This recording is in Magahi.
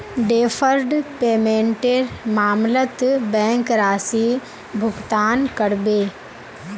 डैफर्ड पेमेंटेर मामलत बैंक राशि भुगतान करबे